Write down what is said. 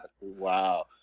wow